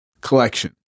collection